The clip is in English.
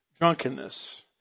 drunkenness